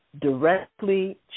directly